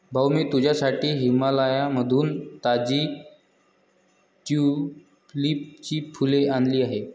भाऊ, मी तुझ्यासाठी हिमाचलमधून ताजी ट्यूलिपची फुले आणली आहेत